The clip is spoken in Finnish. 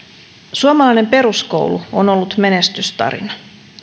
suomalainen peruskoulu on ollut menestystarina